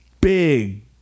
big